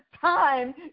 time